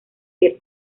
piel